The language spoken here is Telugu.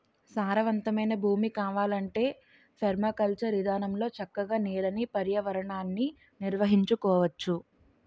సారవంతమైన భూమి కావాలంటే పెర్మాకల్చర్ ఇదానంలో చక్కగా నేలని, పర్యావరణాన్ని నిర్వహించుకోవచ్చు